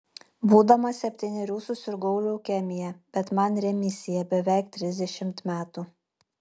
būdamas septynerių susirgau leukemija bet man remisija beveik trisdešimt metų